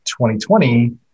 2020